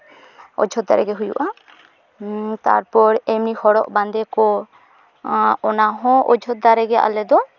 ᱚᱡᱳᱫᱽᱫᱷᱟ ᱨᱮᱜᱮ ᱦᱩᱭᱩᱜᱼᱟ ᱛᱟᱨᱯᱚᱨ ᱮᱢᱱᱤ ᱦᱚᱨᱚᱜ ᱵᱟᱸᱫᱮ ᱠᱚ ᱚᱱᱟ ᱦᱚᱸ ᱚᱡᱳᱫᱽᱫᱷᱟ ᱨᱮᱜᱮ ᱟᱞᱮ ᱫᱚ